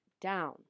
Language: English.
down